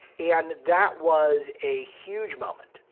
and that was a huge moment,